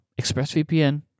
ExpressVPN